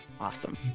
awesome